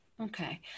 Okay